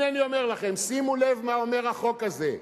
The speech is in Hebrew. הנה אני אומר לכם, שימו לב מה אומר החוק הזה: